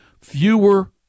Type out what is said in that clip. fewer